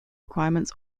requirements